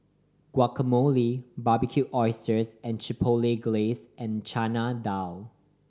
Guacamole Barbecued Oysters with Chipotle Glaze and Chana Dal